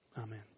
Amen